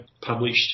published